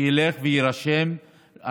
שילך ויירשם.